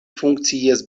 funkcias